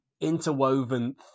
interwoven